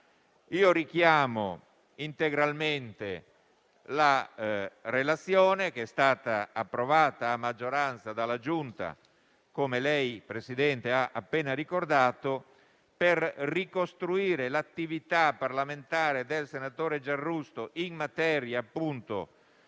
Io richiamo integralmente la relazione, che è stata approvata a maggioranza dalla Giunta - come lei, Presidente, ha appena ricordato - per ricostruire l'attività parlamentare del senatore Giarrusso in materia di